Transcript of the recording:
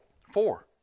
four